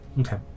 Okay